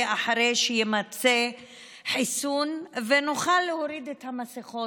אחרי שיימצא חיסון ונוכל להוריד את המסכות.